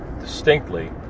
distinctly